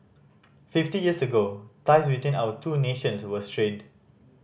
fifty years ago ties between our two nations were strained